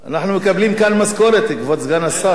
אנחנו מקבלים כאן משכורת, כבוד סגן השר.